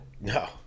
No